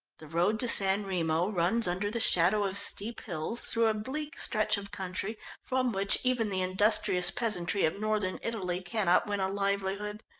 the road to san remo runs under the shadow of steep hills through a bleak stretch of country from which even the industrious peasantry of northern italy cannot win a livelihood.